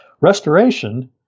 Restoration